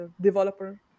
developer